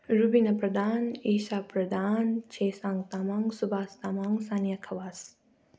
Rubina Pradhan Isha Pradhan Chhesang Tamang Subhash Tamang Saniya Khawas